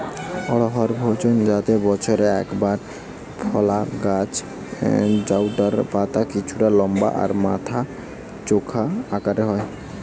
অড়হর ভেষজ জাতের বছরে একবার ফলা গাছ জউটার পাতা কিছুটা লম্বা আর মাথা চোখা আকারের হয়